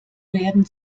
werden